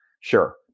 sure